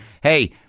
hey